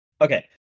Okay